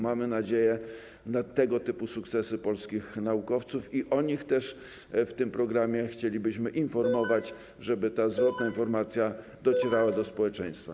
Mamy nadzieję na tego typu sukcesy polskich naukowców i o nich też w tym programie chcielibyśmy informować, żeby ta zwrotna informacja docierała do społeczeństwa.